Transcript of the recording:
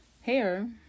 hair